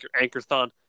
Anchor-Thon